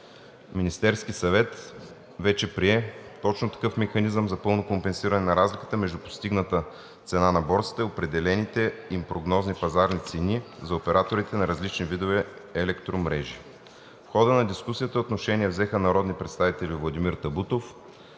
Министерският съвет вече прие точно такъв механизъм за пълно компенсиране на разликата между постигната цена на борсата и определените им прогнозни пазарни цени за операторите на различните видове електромрежи. В хода на дискусията отношение взеха народните представители: Владимир Табутов,